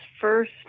first